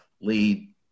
lead